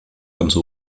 ganze